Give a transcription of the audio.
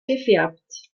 gefärbt